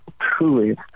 truly